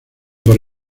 por